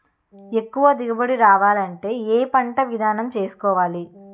ఎక్కువ దిగుబడి రావాలంటే ఏ పంట విధానం ఎంచుకోవాలి?